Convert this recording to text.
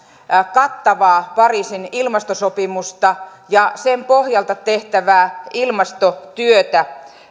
kattavaa pariisin ilmastosopimusta ja sen pohjalta tehtävää ilmastotyötä